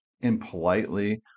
impolitely